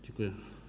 Dziękuję.